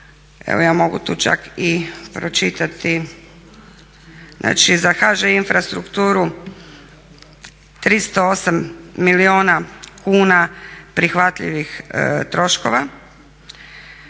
evo ja mogu tu čak i pročitati, znači za HŽ infrastrukturu 308 milijuna kuna prihvatljivih troškova.